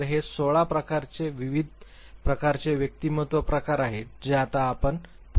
तर हे 16 प्रकारचे विविध प्रकारचे व्यक्तिमत्व प्रकार आहेत जे आपण आता पुढे येऊ शकता